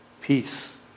peace